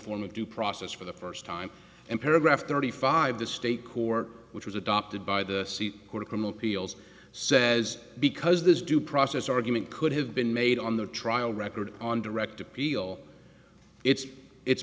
form of due process for the first time and paragraph thirty five the state court which was adopted by the court of criminal appeals says because this due process argument could have been made on the trial record on direct appeal it's it's